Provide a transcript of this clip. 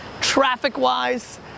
traffic-wise